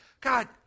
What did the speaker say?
God